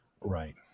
Right